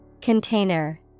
Container